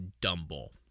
Dumble